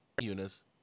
Eunice